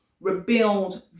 rebuild